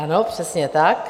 Ano, přesně tak.